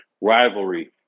rivalry